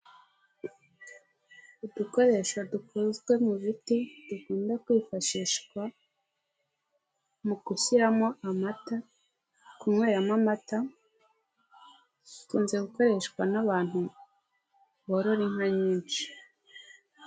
Udukoresho dukozwe mu biti, tukunze kwifashishwa mu gushyiramo amata, kunywamo amata, bikunze gukoreshwa n'abantu borora inka nyinshi.